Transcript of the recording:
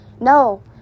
no